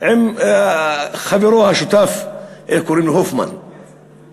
עם חברו השותף, איך